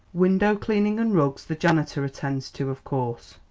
window-cleaning and rugs the janitor attends to, of course.